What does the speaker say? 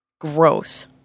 Gross